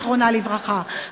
זיכרונה לברכה,